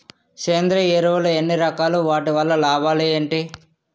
సేంద్రీయ ఎరువులు ఎన్ని రకాలు? వాటి వల్ల లాభాలు ఏంటి?